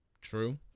True